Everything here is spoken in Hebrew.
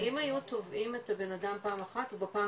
--- אם היו תובעים את הבנאדם פעם אחת - בפעם